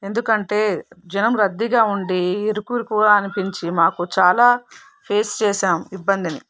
ఎందుకంటే జనం రద్దీగా ఉండి ఇరుకిరుగా అనిపించి మాకు చాలా పేస్ చేసాం ఇబ్బందిని